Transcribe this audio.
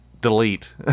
delete